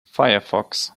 firefox